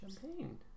champagne